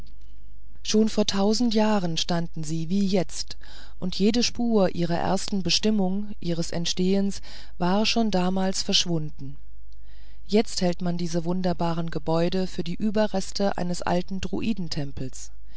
schon vor tausend jahren standen sie wie jetzt und jede spur ihrer ersten bestimmung ihres entstehens war schon damals verschwunden jetzt hält man dies wunderbare gebäude für die überreste eines alten